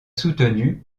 soutenu